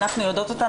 אנחנו יודעות אותה,